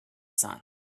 sun